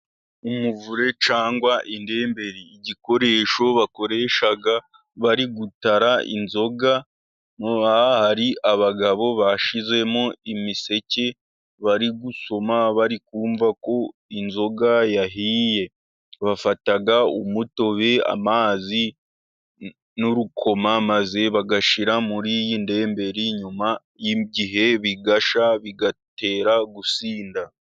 Umuvure cyangwa indemberi. Igikoresho bakoresha bari gutara inzoga, hari abagabo bashinzemo imiseke bari gusoma, bari kumva ko inzoga yahiye, bafata umutobe, amazi n'urukoma, maze bagashyira muri iyi ndemberi, nyuma y'igihe bigashya bigatera gusinda.